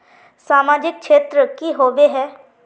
सामाजिक क्षेत्र की होबे है?